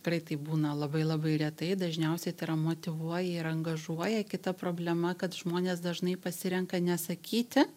tikrai taip būna labai labai retai dažniausiai tai yra motyvuoja ir angažuoja kita problema kad žmonės dažnai pasirenka nesakyti